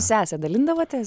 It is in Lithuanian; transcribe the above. sese dalindavotės